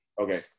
Okay